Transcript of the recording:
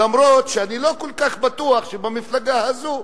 למרות שאני לא כל כך בטוח שהמפלגה הזאת,